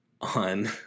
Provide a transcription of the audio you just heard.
on